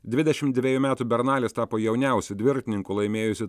dvidešimt dvejų metų bernalis tapo jauniausiu dviratininku laimėjusiu